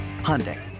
Hyundai